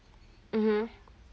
mmhmm